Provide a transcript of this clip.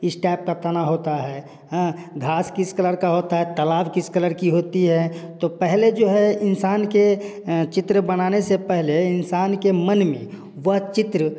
इस टाइप का तना होता है घास किस कलर का होता है तालाब किस कलर की होती है तो पहले जो है इंसान के चित्र बनाने से पहले इंसान के मन में वह चित्र